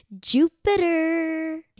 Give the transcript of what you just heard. Jupiter